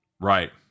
Right